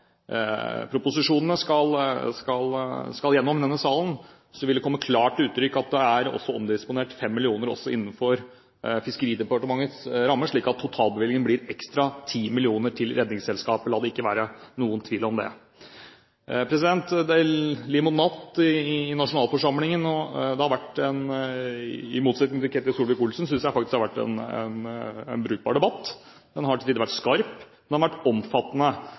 fagproposisjonene skal gjennom i denne salen, vil det komme klart til uttrykk at det også er omdisponert 5 mill. kr innenfor Fiskeridepartementets rammer, slik at totalbevilgningen blir ekstra 10 mill. kr til Redningsselskapet. La det ikke være noen tvil om det. Det lir mot natt i nasjonalforsamlingen. I motsetning til Ketil Solvik-Olsen synes jeg faktisk det har vært en brukbar debatt. Den har til tider vært skarp, den har vært omfattende.